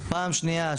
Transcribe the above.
פעם שנייה,